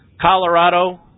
Colorado